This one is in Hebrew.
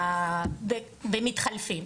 והם מתחלפים.